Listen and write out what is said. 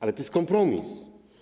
Ale to jest kompromis.